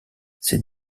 ces